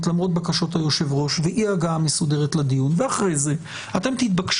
למרות בקשות היושב ראש ואי הגעה מסודרת לדיון ואתם תתבקשו,